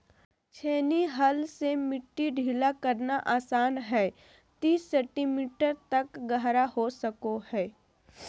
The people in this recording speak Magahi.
छेनी हल से मिट्टी ढीला करना आसान हइ तीस सेंटीमीटर तक गहरा हो सको हइ